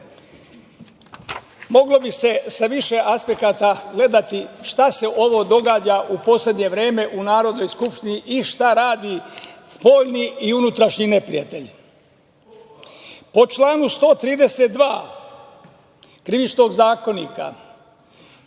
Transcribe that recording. Moglo bi se sa više aspekata gledati šta se ovo događa u poslednje vreme u Narodnoj skupštini i šta radi spoljni i unutrašnji neprijatelj. Po članu 132. Krivičnog zakonika,